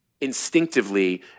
instinctively